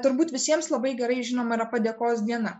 turbūt visiems labai gerai žinoma yra padėkos diena